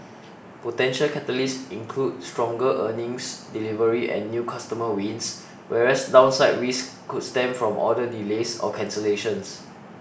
potential catalysts include stronger earnings delivery and new customer wins whereas downside risks could stem from order delays or cancellations